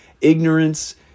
ignorance